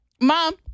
Mom